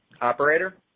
Operator